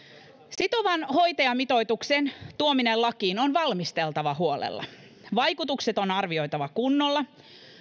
sitovan hoitajamitoituksen tuominen lakiin on valmisteltava huolella vaikutukset on arvioitava kunnolla